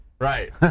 Right